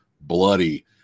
bloody